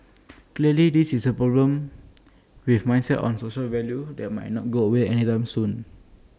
clearly this is A problem with mindsets and social values that might not go away anytime soon